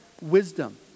wisdom